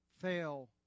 fail